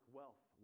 wealth